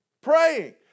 Praying